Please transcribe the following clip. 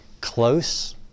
close